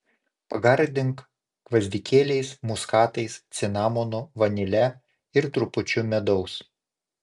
pagardink gvazdikėliais muskatais cinamonu vanile ir trupučiu medaus